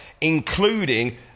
including